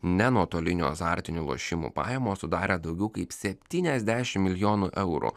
ne nuotolinių azartinių lošimų pajamos sudarė daugiau kaip septyniasdešimt milijonų eurų